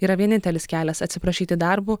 yra vienintelis kelias atsiprašyti darbu